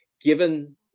given